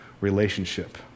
relationship